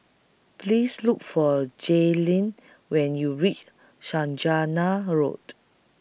Please Look For Jaylin when YOU REACH Saujana Road